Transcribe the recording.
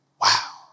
wow